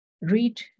Read